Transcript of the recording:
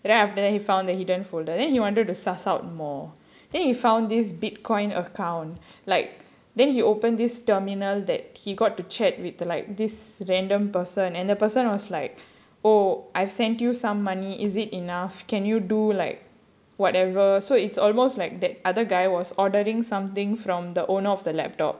then after that he found the hidden folder then he wanted to sus out more then he found this bitcoin account like then he opened this terminal that he got to chat with the like this random person and the person was like oh I've sent you money is it enough can you do like whatever so it's almost like that other guy was ordering something from the owner of the laptop